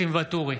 ניסים ואטורי,